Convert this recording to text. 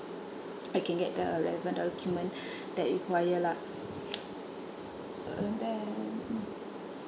I can get the relevant document that required lah and then mm